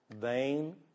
Vain